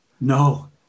No